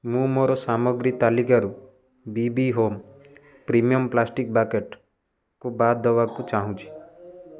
ମୁଁ ମୋର ସାମଗ୍ରୀ ତାଲିକାରୁ B B home premium plastic ବାକେଟ୍କୁ ବାଦ୍ ଦେବାକୁ ଚାହୁଁଛି